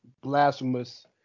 blasphemous